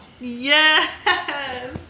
Yes